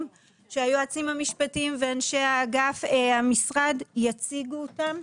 שהיועצים המשפטיים ואנשי אגף המשרד יציגו אותם.